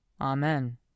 Amen